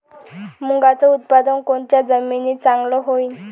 मुंगाचं उत्पादन कोनच्या जमीनीत चांगलं होईन?